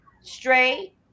straight